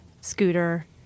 Scooter